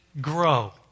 grow